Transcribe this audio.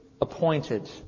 appointed